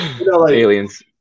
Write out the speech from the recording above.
Aliens